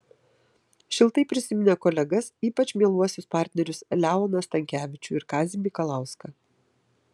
šiltai prisiminė kolegas ypač mieluosius partnerius leoną stankevičių ir kazį mikalauską